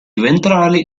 ventrali